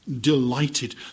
delighted